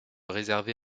réservé